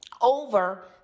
over